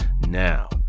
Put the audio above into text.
Now